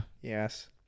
yes